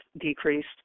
decreased